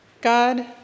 God